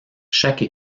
chaque